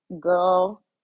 girl